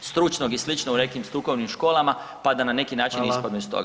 stručnog ili sličnog u nekim strukovnim školama pa da na neki način ispadnu iz toga.